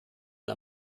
der